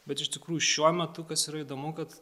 bet iš tikrųjų šiuo metu kas yra įdomu kad